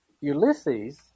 Ulysses